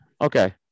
okay